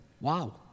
Wow